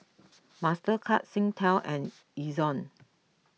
Mastercard Singtel and Ezion